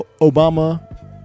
Obama